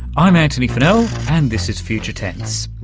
i'm antony funnell and this is future tense.